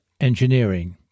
Engineering